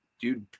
dude